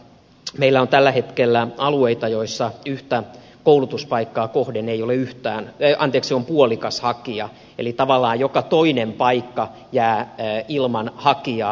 meillä on tällä hetkellä alueita joissa yhtä koulutuspaikkaa kohden on puolikas hakija eli tavallaan joka toinen paikka jää ilman hakijaa